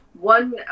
one